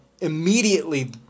immediately